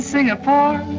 Singapore